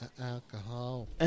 Alcohol